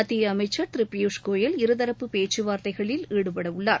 மத்திய அமைச்சா் பியூஸ் கோயல் இருதரப்பு பேச்சுவார்த்தைகைளில் ஈடுபட உள்ளார்